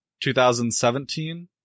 2017